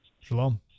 Shalom